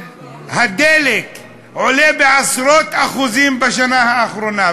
מחיר הדלק עלה בעשרות אחוזים בשנה האחרונה,